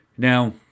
Now